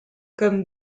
comme